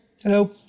Hello